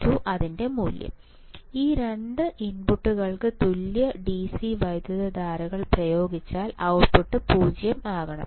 2 ഇൻപുട്ടുകൾക്ക് തുല്യ DC വൈദ്യുതധാരകൾ പ്രയോഗിച്ചാൽ ഔട്ട്പുട്ട് 0 ആകണം